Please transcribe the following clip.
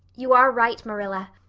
you are right, marilla.